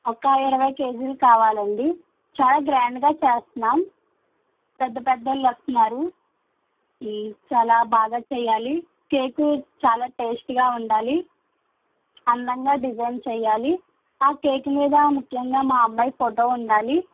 ఒక ఇరవై కేజీలు కావాలండి చాలా గ్రాండ్గా చేస్తున్నాము పెద్ద పెద్ద వాళ్ళు వస్తున్నారు చాలా బాగా చెయ్యాలి కేకు చాలా టేస్ట్గా ఉండాలి అందంగా డిజైన్ చెయ్యాలి ఆ కేక్ మీద ముఖ్యంగా మా అమ్మాయి ఫోటో ఉండాలి